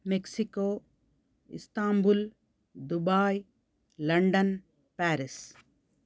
Mexico Istanbul Dubai London Paris